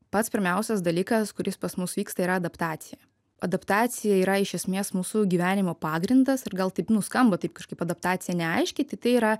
pats pirmiausias dalykas kuris pas mus vyksta yra adaptacija adaptacija yra iš esmės mūsų gyvenimo pagrindas ir gal taip nu skamba taip kažkaip adaptacija neaiškiai tai tai yra